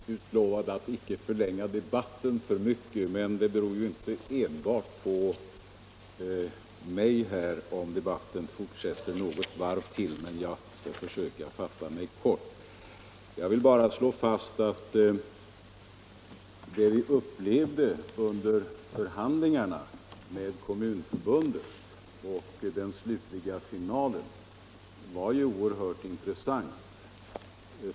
Herr talman! Jag utlovade att icke förlänga debatten för mycket, men det beror ju inte enbart på mig, om debatten här fortsätter något varv till. Men jag skall försöka fatta mig kort. Jag vill bara slå fast att det vi upplevde under förhandlingarna med Kommunförbundet och den slutliga överenskommelsen var mycket intressant.